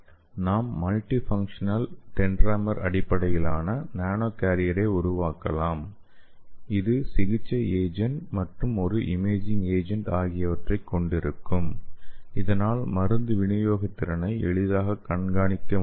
நாம் multifunctional dendrimer அடிப்படையிலான nano கேரியரை உருவாக்கலாம் இது சிகிச்சை ஏஜென்ட் மற்றும் ஒரு இமேஜிங் ஏஜென்ட் ஆகியவற்றைக் கொண்டிருக்கும் இதனால் மருந்து விநியோக திறனை எளிதாக கண்காணிக்க முடியும்